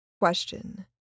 Question